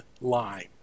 line